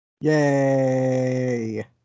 Yay